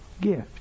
gift